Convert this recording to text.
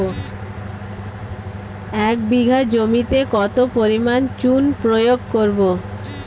এক বিঘা জমিতে কত পরিমাণ চুন প্রয়োগ করব?